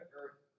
earth